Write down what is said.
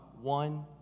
one